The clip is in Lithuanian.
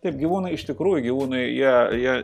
taip gyvūnai iš tikrųjų gyvūnai jie jie